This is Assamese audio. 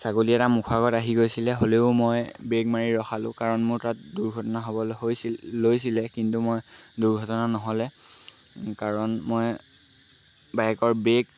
ছাগলী এটা মুখৰ আগত আহি গৈছিলে হ'লেও মই ব্ৰেক মাৰি ৰখালোঁ কাৰণ মোৰ তাত দুৰ্ঘটনা হ'বলৈ হৈছিল লৈছিলে কিন্তু মই দুৰ্ঘটনা নহ'লে কাৰণ মই বাইকৰ ব্ৰেক